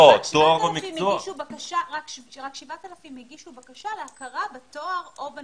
רק 7,000 הגישו בקשה להכרה בתואר.